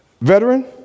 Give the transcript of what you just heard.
Veteran